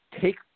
take